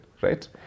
right